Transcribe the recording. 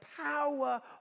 power